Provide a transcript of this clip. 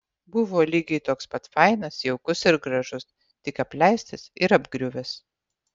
buvo lygiai toks pat fainas jaukus ir gražus tik apleistas ir apgriuvęs